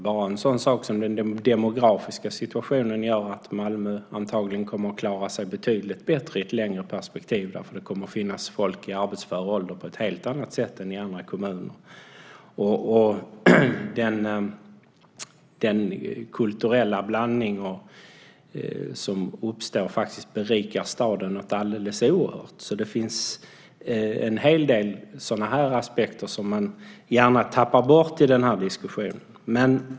Bara en sådan sak som den demografiska situationen gör att Malmö antagligen kommer att klara sig betydligt bättre i ett längre perspektiv därför att det kommer att finnas folk i arbetsför ålder på ett helt annat sätt än i andra kommuner. Den kulturella blandning som uppstår berikar staden något alldeles oerhört. Det finns en hel del sådana aspekter som man gärna tappar bort i diskussionen.